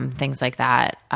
and things like that.